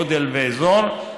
גודל ואזור,